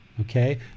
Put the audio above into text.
Okay